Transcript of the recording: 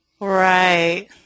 Right